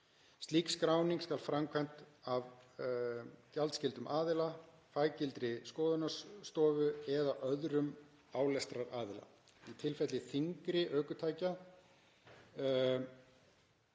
Slík skráning skal framkvæmd af gjaldskyldum aðila, faggiltri skoðunarstofu eða öðrum álestraraðila í tilfelli þyngri ökutækja,